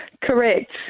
Correct